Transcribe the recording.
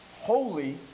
holy